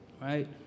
Right